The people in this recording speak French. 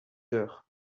heures